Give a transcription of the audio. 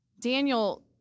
Daniel